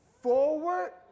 forward